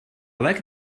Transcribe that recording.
like